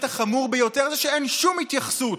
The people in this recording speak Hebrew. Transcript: והחטא החמור ביותר זה שאין שום התייחסות,